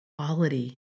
quality